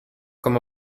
comme